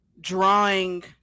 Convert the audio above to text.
drawing